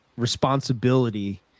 Responsibility